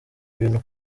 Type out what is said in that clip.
ibintu